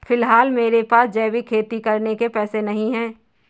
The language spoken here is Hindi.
फिलहाल मेरे पास जैविक खेती करने के पैसे नहीं हैं